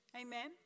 Amen